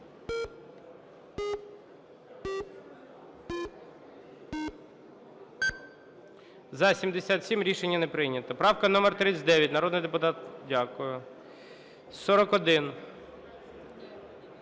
За-77 Рішення не прийнято. Правка номер 39, народний депутат… Дякую. 41…